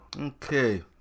okay